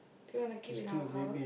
do you wanna keep in our house